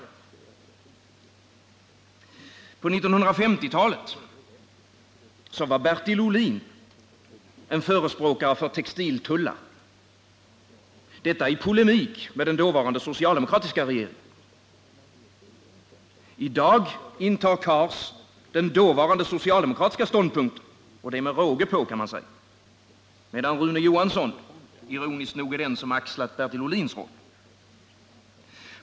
På 1950-talet var Bertil Ohlin en förespråkare för textiltullar — detta i polemik mot den dåvarande socialdemokratiska regeringen. I dag intar Hadar Cars den dåvarande socialdemokratiska ståndpunkten — och det med råge på, kan man säga — medan Rune Johansson ironiskt nog är den som har axlat Bertil Ohlins roll.